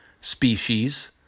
species